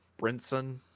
Brinson